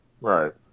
Right